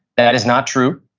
that is not true.